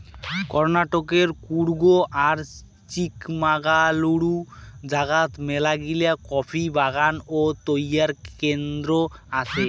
কর্ণাটকের কূর্গ আর চিকমাগালুরু জাগাত মেলাগিলা কফি বাগান ও তৈয়ার কেন্দ্র আছে